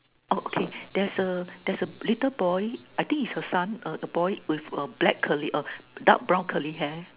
okay there's a there's a little boy I think is her son the boy with black curly dark brown curly hair